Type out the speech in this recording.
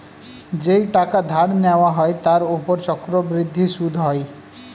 যেই টাকা ধার নেওয়া হয় তার উপর চক্রবৃদ্ধি সুদ হয়